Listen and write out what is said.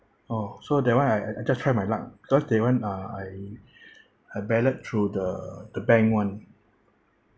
oh so that [one] I I just try my luck because that [one] uh I I ballot through the the bank [one]